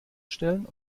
stellen